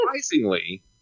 surprisingly